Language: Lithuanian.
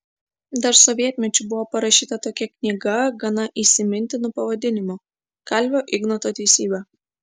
dar sovietmečiu buvo parašyta tokia knyga gana įsimintinu pavadinimu kalvio ignoto teisybė